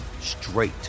straight